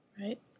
Right